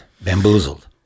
bamboozled